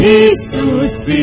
Jesus